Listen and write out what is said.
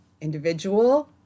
individual